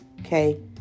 okay